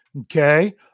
Okay